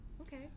Okay